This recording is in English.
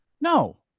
No